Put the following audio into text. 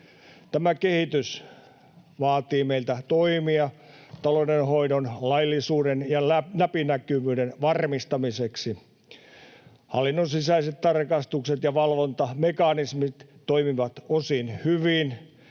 Tämä kehitys vaatii meiltä toimia taloudenhoidon laillisuuden ja läpinäkyvyyden varmistamiseksi. Hallinnon sisäiset tarkastukset ja valvontamekanismit toimivat osin hyvin,